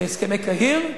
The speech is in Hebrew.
הסכמי קהיר.